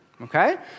Okay